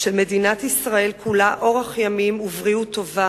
של מדינת ישראל כולה אורך ימים ובריאות טובה,